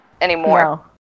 anymore